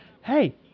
Hey